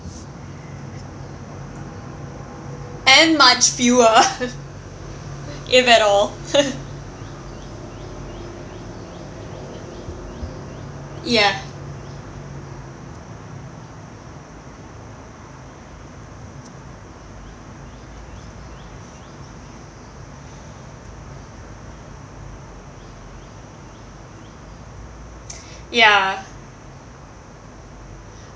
and much fewer if at all ya ya